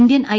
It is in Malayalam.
Indian I